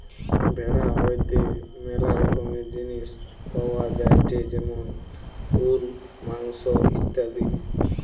ভেড়া হইতে ম্যালা রকমের জিনিস পাওয়া যায়টে যেমন উল, মাংস ইত্যাদি